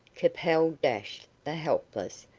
capel dashed the helpless,